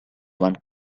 one